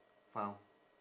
found